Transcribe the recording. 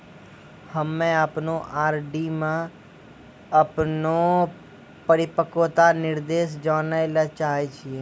हम्मे अपनो आर.डी मे अपनो परिपक्वता निर्देश जानै ले चाहै छियै